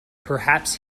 perhaps